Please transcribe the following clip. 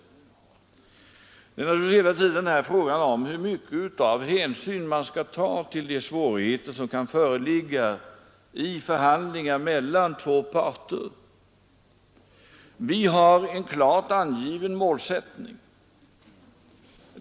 Här är det emellertid hela tiden frågan om hur stor hänsyn man skall ta till de svårigheter som kan föreligga i förhandlingar mellan två parter. Vi har en klart angiven målsättning.